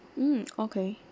mm okay